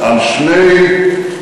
על שני,